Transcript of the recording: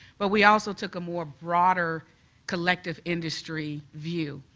but we also took more broader collective industry view,